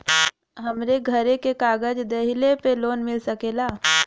हमरे घरे के कागज दहिले पे लोन मिल सकेला?